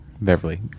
Beverly